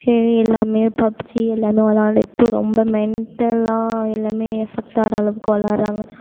எ எல்லாமே பப்ஜி எல்லாமே வெளாண்டுட்டு ரொம்ப மென்டலாக எல்லாமே அஃபக்ட் ஆகிற அளவுக்கு வெளாடறாங்க